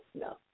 no